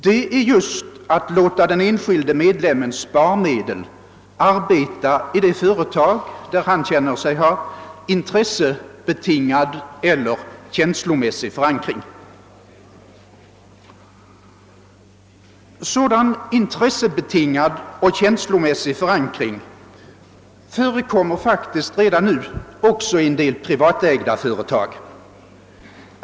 Det är just att låta den enskilde medlemmens sparmedel arbeta i det företag där han känner sig ha intressebetingad eller känslomässig förankring. Sådan intressebetingad och känslomässig förankring förekommer faktiskt redan nu i en del privatägda företag.